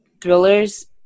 thrillers